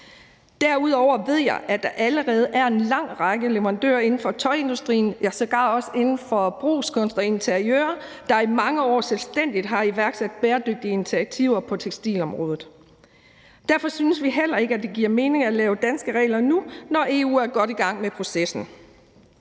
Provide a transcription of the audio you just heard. Derudover ved jeg, at der allerede er en lang række leverandører inden for tøjindustrien, ja, sågar også inden for brugskunst og interiør, der i mange år selvstændigt har iværksat bæredygtige initiativer på tekstilområdet. Derfor synes vi heller ikke, det giver mening at lave danske regler nu, når EU er godt i gang med processen.